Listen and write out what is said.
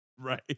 right